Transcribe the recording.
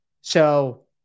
So-